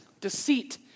Deceit